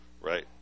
Right